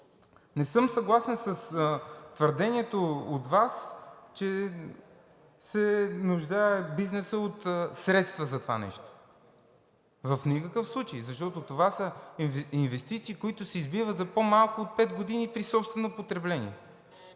Не съм съгласен с твърдението от Вас, че бизнесът се нуждае от средства за това нещо – в никакъв случай, защото това са инвестиции, които се избиват за по-малко от пет години при собствено потребление.